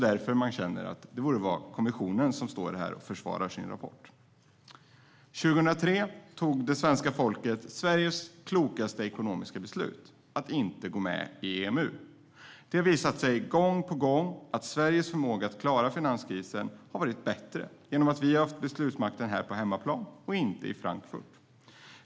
Därför känns det som att det är kommissionen som borde stå här och försvara sin rapport. År 2003 tog svenska folket Sveriges klokaste ekonomiska beslut: att inte gå med i EMU. Det har visat sig gång på gång att Sveriges förmåga att klara finanskrisen har varit bättre genom att vi har haft beslutsmakten på hemmaplan och inte i Frankfurt.